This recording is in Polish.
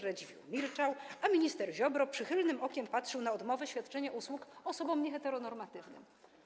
Radziwiłł milczał, a minister Ziobro przychylnym okiem patrzył na odmowę świadczenia usług osobom nieheteronormatywnym.